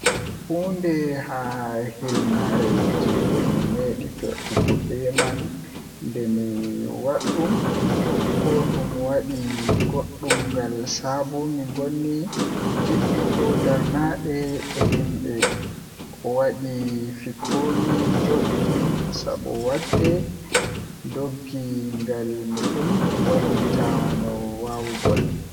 Huunde Haa hilnaare jei meeɗi fe'ugo bee am Nde mi waɗi ɗum, ko ɗum waɗi goɗɗum ngal sabu mi ngoni njiɗi ko ndaarnde e yimɓe. O waɗi fi ko mi njogii sabu waɗde ngoodi ngal mi ɗum wallita no waawugol.